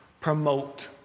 Promote